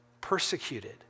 persecuted